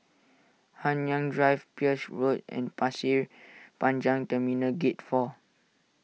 Nanyang Drive Peirce Road and Pasir Panjang Terminal Gate four